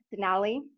denali